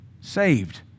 saved